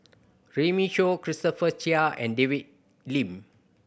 Runme Shaw Christopher Chia and David Lim